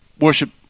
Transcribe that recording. worship